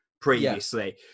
previously